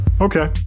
Okay